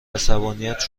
عصبانیت